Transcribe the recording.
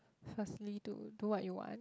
firstly to do what you want